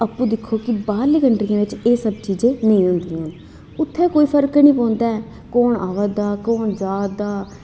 तुस आपूं दिक्खो की बाहरलियें कंट्रियें बिच एह् चीज़ां नेईं होंदियां न उत्थें कोई फर्क निं पौंदा ऐ कुन्न आवा दा कुन्न जा दा